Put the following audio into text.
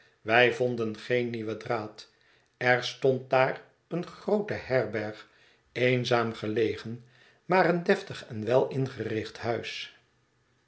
wij vonden geen nieuwen draad er stond daar eene groote herberg eenzaam gelegen maar een deftig en welingericht huis